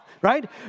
right